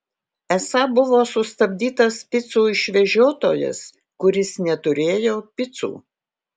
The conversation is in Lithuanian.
esą buvo sustabdytas picų išvežiotojas kuris neturėjo picų